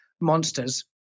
Monsters